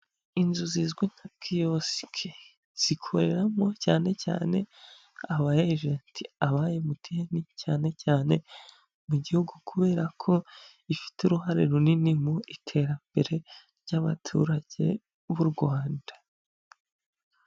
Inzu zizwi nka kiyosiki zikoreramo cyane cyane abajenti aba MTN cyane cyane, mu gihugu kubera ko bifite uruhare runini mu iterambere ry'abaturage b'u Rwanda.